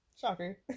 Shocker